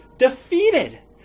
defeated